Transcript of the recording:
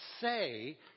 say